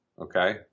okay